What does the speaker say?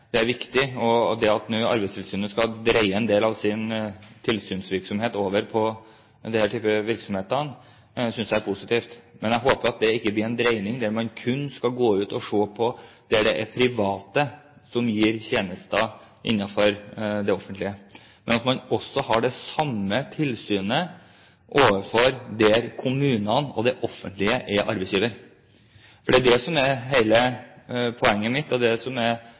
det er viktig at Arbeidstilsynet nå dreier en del av sin tilsynsvirksomhet over på denne typen virksomheter. Det synes jeg er positivt. Men jeg håper at det ikke blir en dreining der en kun skal se på de tilfellene der private gir tjenester innenfor det offentlige, men at man også har det samme tilsynet der kommunene og det offentlige er arbeidsgiver. Det er det som er hele poenget mitt, og det er det som er